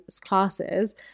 classes